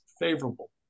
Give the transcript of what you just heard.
favorable